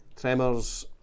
Tremors